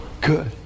Good